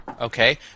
Okay